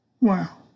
Wow